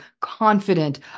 confident